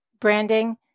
branding